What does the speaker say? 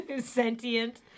sentient